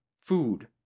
food